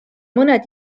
mõned